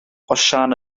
osian